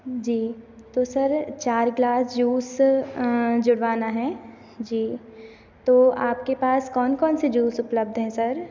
जी तो सर चार glass juice जुड़वाना है जी तो आपके पास कौन कौन से जूस उपलब्ध है सर